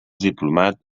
diplomat